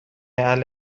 اهل